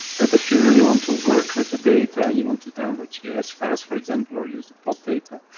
but if you really want to work with the data, you want to download gis files, for example, or use the plot data,